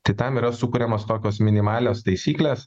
kitam yra sukuriamos tokios minimalios taisyklės